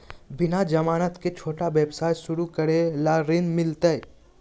बिना जमानत के, छोटा व्यवसाय शुरू करे ला ऋण मिलतई?